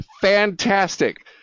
Fantastic